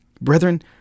Brethren